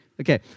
Okay